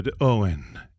Owen